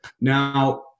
Now